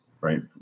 right